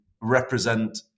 represent